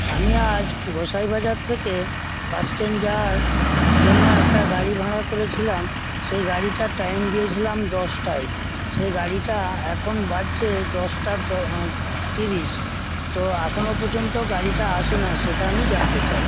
আমি আজ গোসাইবাজার থেকে বাসস্ট্যান্ড যাওয়ার জন্য একটা গাড়ি ভাড়া করেছিলাম সেই গাড়িটার টাইম দিয়েছিলাম দশটায় সে গাড়িটা এখন বাজছে দশটা দ তিরিশ তো এখনও পর্যন্ত গাড়িটা আসেনা সেটা আমি জানতে চাই